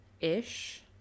ish